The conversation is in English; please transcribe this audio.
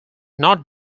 not